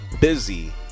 busy